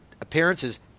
Appearances